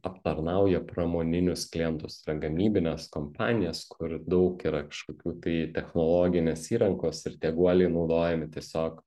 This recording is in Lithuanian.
aptarnauja pramoninius klientus tai yra gamybines kompanijas kur daug yra kažkokių tai technologinės įrangos ir tie guoliai naudojami tiesiog